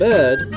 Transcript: Bird